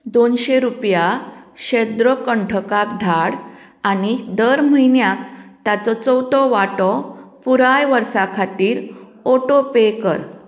दोनशे रुपया शेद्रो कंठकाक धाड आनी दर म्हयन्याक ताचो चवथो वांटो पुराय वर्सा खातीर ऑटो पे कर